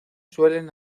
suelen